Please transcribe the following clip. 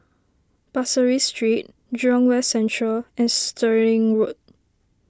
Pasir Ris Street Jurong West Central and Stirling Road